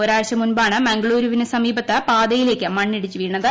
ഒരാഴ്ച മുമ്പാണ് മംഗളൂരുവിന് സമീപത്ത് പാതയിലേക്ക് മണ്ണിടിഞ്ഞ് വീണത്